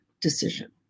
decision